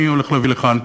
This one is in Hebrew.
אני הולך להביא לכאן,